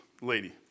Lady